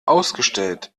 ausgestellt